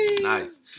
nice